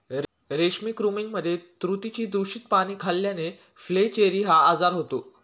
रेशमी कृमींमध्ये तुतीची दूषित पाने खाल्ल्याने फ्लेचेरी हा आजार होतो